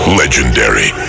legendary